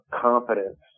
confidence